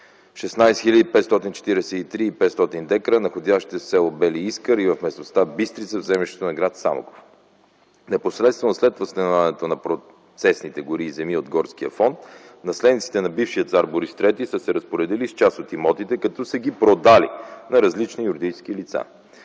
16 543,500 декара, находящи се в с. Бели Искър и в м. „Бистрица” в землището на гр. Самоков. Непосредствено след възстановяването на процесните гори и земи от горския фонд наследниците на бившия цар Борис ІІІ са се разпоредили с част от имотите, като са ги продали на различни юридически лица.